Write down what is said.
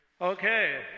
Okay